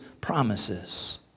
promises